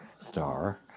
star